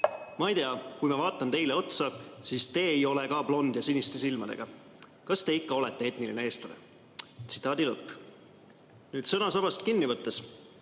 "Ma ei tea, kui ma vaatan teile otsa, siis te ei ole ka blond ja siniste silmadega. Kas te ikka olete etniline eestlane?" Ja nüüd sõnasabast kinni võttes: